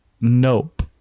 nope